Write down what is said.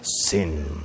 sin